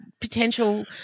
potential